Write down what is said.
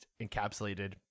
encapsulated